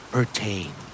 Pertain